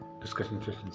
discussion